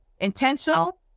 Intentional